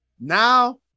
Now